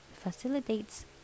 facilitates